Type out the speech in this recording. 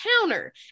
counter